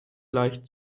leicht